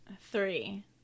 Three